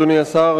אדוני השר,